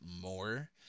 more